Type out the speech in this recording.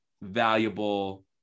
valuable